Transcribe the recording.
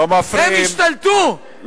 והם השתלטו,